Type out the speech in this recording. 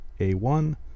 A1